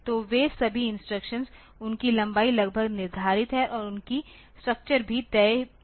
तो वे सभी इंस्ट्रक्शन उनकी लंबाई लगभग निर्धारित हैं और उनकी स्ट्रक्चर भी तय की गई है